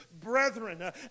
brethren